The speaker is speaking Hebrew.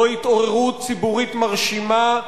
זו התעוררות ציבורית מרשימה,